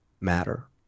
matter